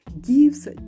gives